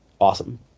Awesome